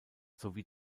sowie